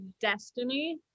destiny